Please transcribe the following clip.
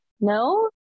No